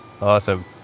Awesome